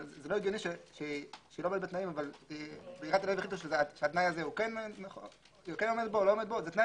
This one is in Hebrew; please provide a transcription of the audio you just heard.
לא הגיוני שהיא לא עומדת בתנאים - זה תנאי אובייקטיבי.